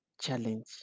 Challenge